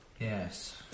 Yes